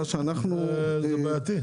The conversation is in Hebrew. זה בעייתי.